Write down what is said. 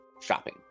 shopping